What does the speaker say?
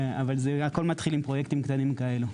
הכול מתחיל בפרויקטים קטנים כאלה.